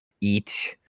eat